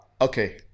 okay